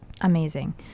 Amazing